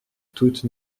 toutes